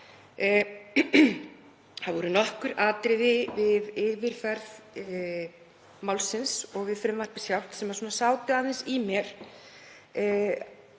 Það voru nokkur atriði við yfirferð málsins og við frumvarpið sjálft sem sátu aðeins í mér.